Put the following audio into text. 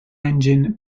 engine